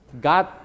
God